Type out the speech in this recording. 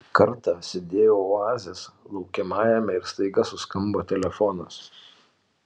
kartą sėdėjau oazės laukiamajame ir staiga suskambo telefonas